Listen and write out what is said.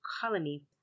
colony